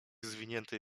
zwiniętej